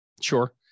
Sure